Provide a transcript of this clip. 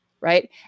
right